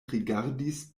rigardis